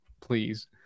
please